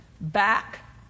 back